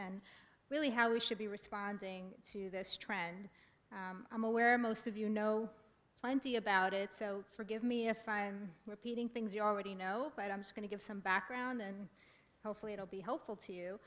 and really how we should be responding to this trend i'm aware most of you know plenty about it so forgive me if i'm repeating things you already know but i'm going to give some background and hopefully it'll be helpful to you